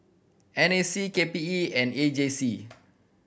N A C K P E and A J C